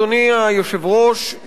אדוני היושב-ראש,